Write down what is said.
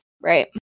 Right